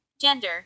Gender